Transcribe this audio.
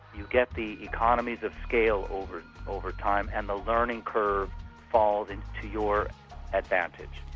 you get the economies of scale over over time and the learning curve falls to your advantage.